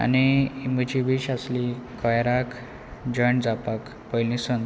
आनी म्हजी वीश आसली कॉयराक जॉयंट जावपाक पयलीं सावन